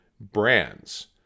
brands